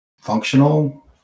functional